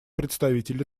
представитель